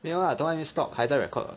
没有 lah 都还没 stop 还在 record